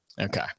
Okay